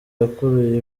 yakuruye